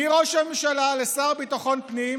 מראש הממשלה, לשר לביטחון הפנים,